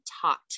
taught